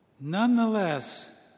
nonetheless